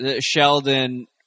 Sheldon